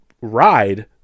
ride